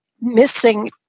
missing